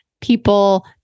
people